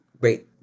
great